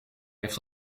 heeft